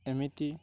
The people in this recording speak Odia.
ଏମିତି